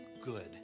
good